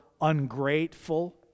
ungrateful